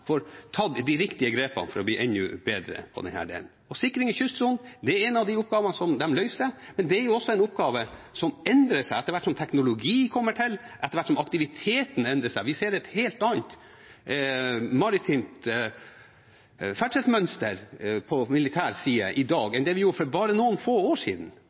får tatt de riktige grepene for å bli enda bedre. Og sikring i kystsonen er en av oppgavene de løser. Men det er også en oppgave som endrer seg etter hvert som teknologi kommer til, etter hvert som aktiviteten endrer seg. Vi ser et helt annet maritimt ferdselsmønster på militær side i dag enn det vi gjorde for bare noen få år siden.